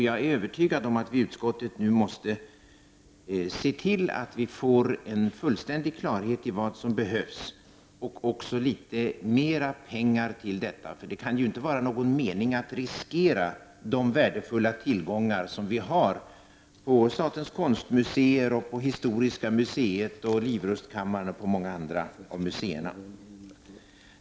Jag är övertygad om att vi i utskottet nu måste se till att vi får en fullständig klarhet i vad som behövs och också litet mera pengar till detta. Det kan ju inte vara någon mening att riskera de värdefulla tillgångar som vi har på statens konstmuseer, historiska museet. livrustkammaren och många andra av museerna.